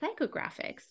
psychographics